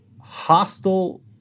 hostile